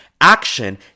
Action